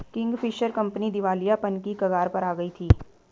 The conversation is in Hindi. किंगफिशर कंपनी दिवालियापन की कगार पर आ गई थी